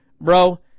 Bro